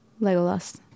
Legolas